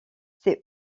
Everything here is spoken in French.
ses